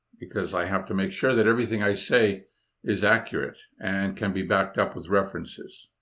because i have to make sure that everything i say is accurate and can be backed up with references.